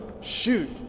Shoot